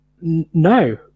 no